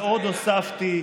ועוד הוספתי,